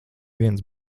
viens